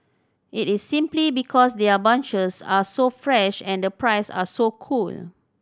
it is simply because their bunches are so fresh and the price are so cool